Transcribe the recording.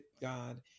God